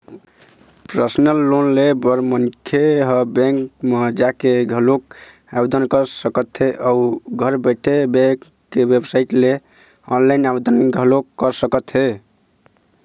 personal loan ले बर मनखे ह बेंक म जाके घलोक आवेदन कर सकत हे अउ घर बइठे बेंक के बेबसाइट ले ऑनलाईन आवेदन घलोक कर सकत हे